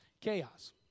chaos